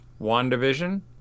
WandaVision